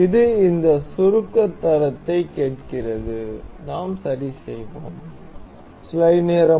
இது இந்த சுருக்க தரத்தை கேட்கிறது நாம் சரி செய்வோம்